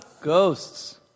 Ghosts